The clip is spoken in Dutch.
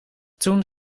toen